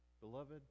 Beloved